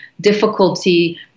difficulty